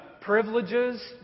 privileges